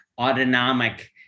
autonomic